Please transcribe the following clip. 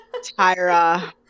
Tyra